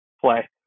play